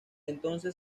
entonces